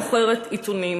שאינה מוכרת עיתונים,